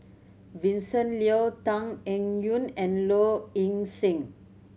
Vincent Leow Tan Eng Yoon and Low Ing Sing